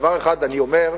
דבר אחד אני אומר,